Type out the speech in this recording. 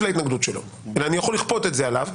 להתנגדות שלו אלא אני יכול לכפות את זה עליו,